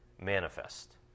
manifest